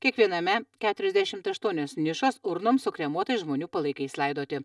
kiekviename keturiasdešimt aštuonios nišos urnoms su kremuotais žmonių palaikais laidoti